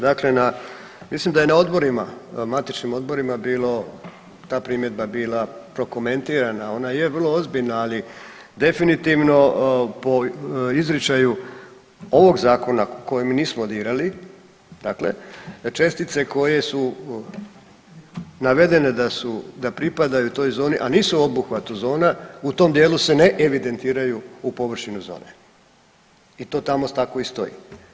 Dakle na, mislim da je na odborima matičnim odborima bilo ta primjedba bila prokomentirana, ona je vrlo ozbiljna, ali definitivno po izričaju ovog Zakona koji mi nismo dirali, dakle, da čestice koje su navedene da su da pripadaju toj zoni, a nisu u obuhvatu zona, u tom dijelu se ne evidentiraju u površinu zone i to tamo tako i stoji.